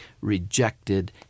rejected